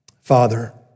Father